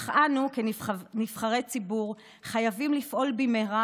אך אנו כנבחרי ציבור חייבים לפעול במהרה